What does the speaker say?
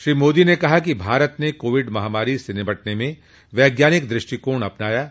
श्री मोदी ने कहा कि भारत ने कोविड महामारी से निपटने में वैज्ञानिक दृष्टिकोण अपनाया है